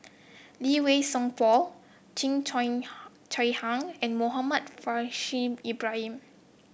Lee Wei Song Paul Cheo Chai Chai Hiang and Muhammad Faishal Ibrahim